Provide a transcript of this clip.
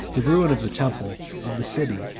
the ruin of the temple of the city,